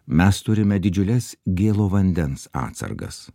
mes turime didžiules gėlo vandens atsargas